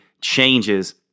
changes